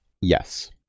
Yes